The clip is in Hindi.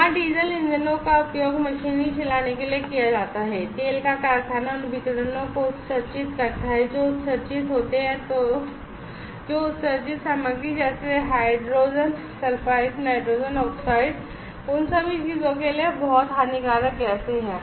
वहां डीजल इंजनों का उपयोग मशीनरी चलाने के लिए किया जाता है तेल का कारखाना उन विकिरणों को उत्सर्जित करता है जो उत्सर्जित होते हैं जो उत्सर्जित सामग्री जैसे हाइड्रोजन सल्फाइड नाइट्रोजन ऑक्साइड उन सभी चीजों के लिए बहुत हानिकारक गैसें हैं